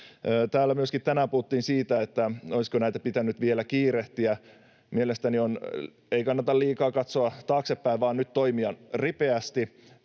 Täällä myöskin tänään puhuttiin siitä, olisiko näitä pitänyt vielä kiirehtiä. Mielestäni ei kannata liikaa katsoa taaksepäin, vaan nyt täytyy toimia ripeästi.